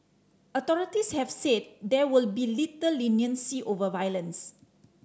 authorities have said there will be little leniency over violence